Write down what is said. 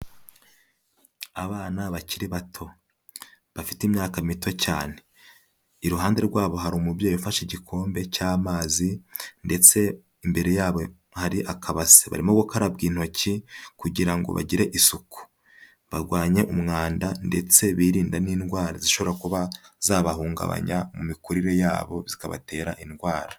Abana bakiri bato bafite imyaka mito cyane, iruhande rwabo hari umubyeyi ufashe igikombe cy'amazi ndetse imbere yabo hari akabase, barimo gukarabwa intoki kugira ngo bagire isuku, barwanye umwanda ndetse birinda n'indwara zishobora kuba zabahungabanya mu mikurire yabo zikabatera indwara.